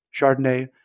Chardonnay